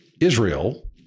Israel